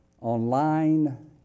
online